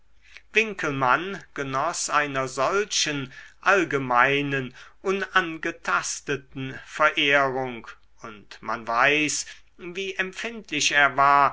winckelmann genoß einer solchen allgemeinen unangetasteten verehrung und man weiß wie empfindlich er war